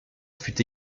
fut